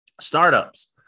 startups